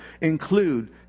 include